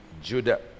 Judah